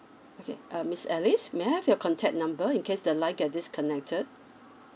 okay uh miss alice may I have your contact number in case the line get disconnected